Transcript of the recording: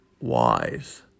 wise